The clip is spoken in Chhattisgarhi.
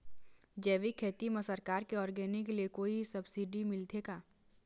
जैविक खेती म सरकार के ऑर्गेनिक ले कोई सब्सिडी मिलथे का?